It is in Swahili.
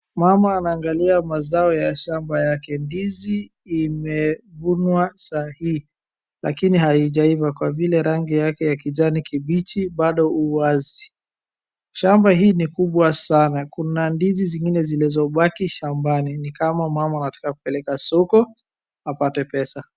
Mama anaangalia mazao ya shamba yake. Ndizi imevunwa saa hii. lakini haijaiva kwa vile rangi yake ya kijani kibichi bado u wazi. Shamba hii ni kubwa sana. Kuna ndizi zingine zilizobaki shambani, ni kama mama anataka kupeleka soko apate soko.